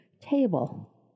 table